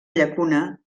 llacuna